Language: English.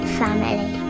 family